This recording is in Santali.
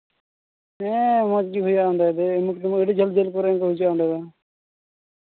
ᱦᱮᱸ ᱢᱚᱡᱽ ᱜᱮ ᱦᱩᱭᱩᱜᱼᱟ ᱚᱸᱰᱮ ᱫᱚ ᱮᱢᱱᱤ ᱛᱮᱢᱱᱤ ᱟᱹᱰᱤ ᱡᱷᱟᱹᱞ ᱡᱷᱟᱹᱞ ᱠᱚᱨᱮᱱ ᱠᱚ ᱦᱤᱡᱩᱜᱼᱟ ᱚᱸᱰᱮ ᱫᱚ